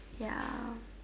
ya